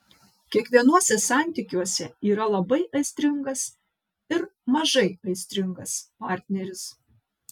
kiekvienuose santykiuose yra labai aistringas ir mažai aistringas partneris